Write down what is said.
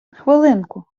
хвилинку